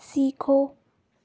सीखो